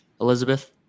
Elizabeth